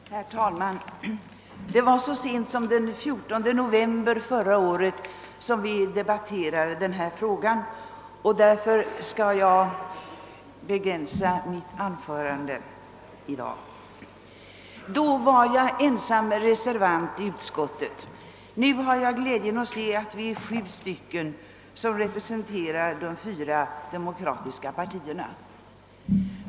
Herr talman! Det var så sent som den 14 november förra året som vi debatterade denna fråga. Därför skall jag begränsa mitt anförande i dag. Då var jag ensam reservant i utskottet. Nu har jag glädjen att se att vi är sju reservanter som representerar alla de fyra demokratiska partierna.